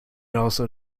also